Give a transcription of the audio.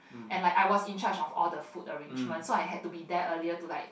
and like I was in charge of all the food arrangement so I had to be there earlier to like